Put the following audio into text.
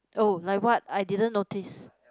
oh like what I didn't notice